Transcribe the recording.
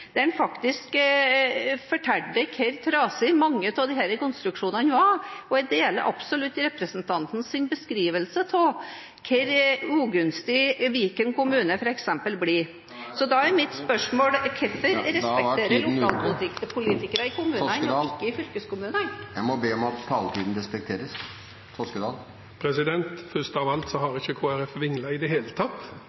innlegg, der han faktisk fortalte hvor trasig mange av disse konstruksjonene er. Jeg deler absolutt representantens beskrivelse av hvor ugunstig Viken region, f.eks., blir. Da er tiden ute! Da blir mitt spørsmål: Hvorfor respekterer en lokalpolitikerne i kommunene, men ikke i fylkeskommunene? Jeg må be om at taletiden respekteres. Først av alt har